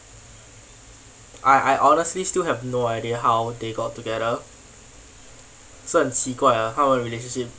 I I honestly still have no idea how they got together 是很奇怪的他们的 relationship